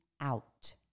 out